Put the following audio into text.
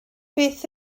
beth